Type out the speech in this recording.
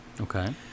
Okay